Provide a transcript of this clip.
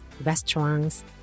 restaurants